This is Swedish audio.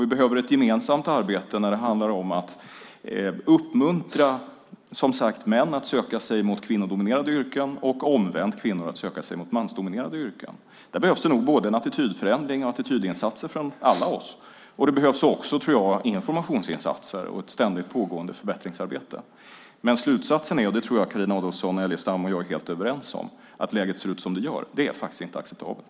Vi behöver ett gemensamt arbete när det handlar om att uppmuntra män att söka sig mot kvinnodominerade yrken och omvänt kvinnor att söka sig mot mansdominerade yrken. Där behövs det nog både en attitydförändring och attitydinsatser från alla oss. Det behövs också informationsinsatser och ett ständigt pågående förbättringsarbete. Men slutsatsen är, och det tror jag att Carina Adolfsson Elgestam och jag är helt överens om, att läget inte är acceptabelt.